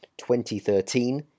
2013